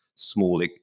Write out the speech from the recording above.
small